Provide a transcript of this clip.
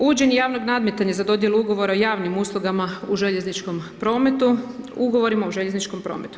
Uvođenje javnog nadmetanja za dodjelu ugovora o javnim uslugama u željezničkom prometu, ugovorima o željezničkom prometu.